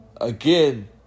again